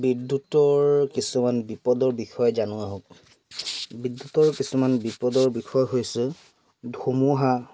বিদ্যুতৰ কিছুমান বিপদৰ বিষয়ে জানো আহক বিদ্যুতৰ কিছুমান বিপদৰ বিষয় হৈছে ধুমুহা